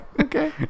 okay